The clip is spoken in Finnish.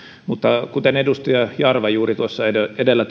mutta kuten edustaja jarva juuri tuossa edellä